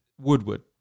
Woodward